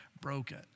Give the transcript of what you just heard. broken